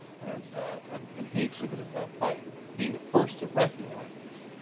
and and and he exhibited that by being the first to recognize this,